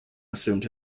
assumed